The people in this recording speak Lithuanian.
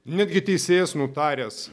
netgi teisėjas nutaręs